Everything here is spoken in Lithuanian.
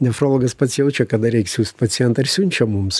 nefrologas pats jaučia kada reik siųst pacientą ir siunčia mums